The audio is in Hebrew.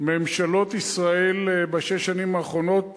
ממשלות ישראל בשש השנים האחרונות